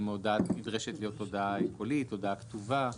האם ההודעה נדרשת להיות הודעה קולית או הודעה כתובה?